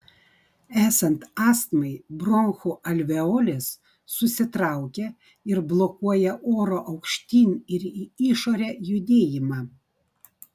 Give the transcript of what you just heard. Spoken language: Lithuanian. esant astmai bronchų alveolės susitraukia ir blokuoja oro aukštyn ir į išorę judėjimą